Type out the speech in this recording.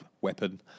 weapon